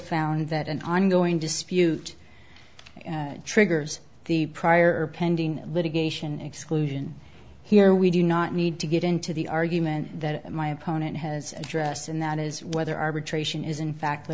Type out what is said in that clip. found that an ongoing dispute triggers the prior pending litigation exclusion here we do not need to get into the argument that my opponent has addressed and that is whether arbitration is in fact